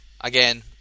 again